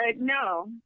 no